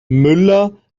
müller